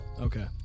Okay